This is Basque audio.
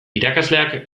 irakasleak